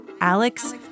Alex